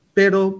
pero